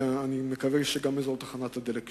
ואני מקווה שגם אזור תחנת הדלק יוסדר.